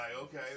okay